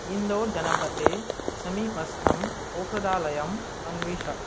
इन्दौर् जनपदे समीपस्थं औषधालयम् अन्विष